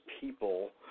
people